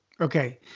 okay